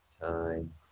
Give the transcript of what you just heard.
time